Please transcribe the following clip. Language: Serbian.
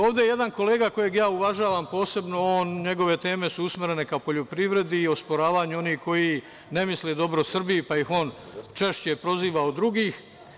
Ovde je jedan kolega kojeg ja uvažavam posebno, njegove teme su usmerene ka poljoprivredi i osporavanju onih koji ne misle dobro Srbiji, pa ih on češće proziva od drugih.